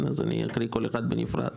אז אני אקריא כל אחת בנפרד.